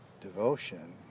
devotion